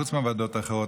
חוץ מהוועדות האחרות,